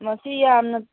ꯃꯁꯤ ꯌꯥꯝꯅ